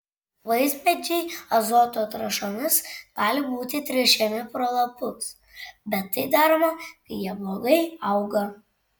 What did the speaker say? vaismedžiai azoto trąšomis gali būti tręšiami pro lapus bet tai daroma kai jie blogai auga